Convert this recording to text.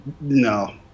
no